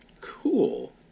Cool